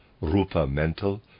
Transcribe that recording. rupa-mental